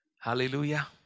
Hallelujah